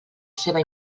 seva